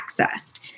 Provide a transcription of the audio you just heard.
accessed